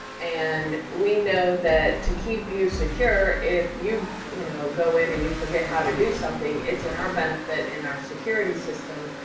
and we know that to keep you secure, if you, you know, go in and you forget how to do something, it's in our benefit, in our security system,